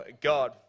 God